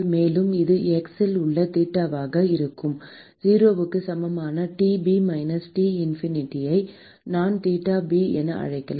மேலும் இது x இல் உள்ள தீட்டாவாக இருக்கும் 0 க்கு சமமான T b மைனஸ் T இன்ஃபினிட்டியை நான் தீட்டா பி என அழைக்கலாம்